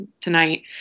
tonight